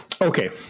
Okay